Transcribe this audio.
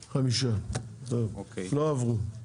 5. ההסתייגויות לא עברו.